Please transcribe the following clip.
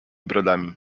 brodami